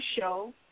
show